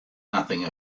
nothing